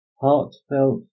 heartfelt